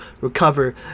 recover